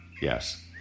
Yes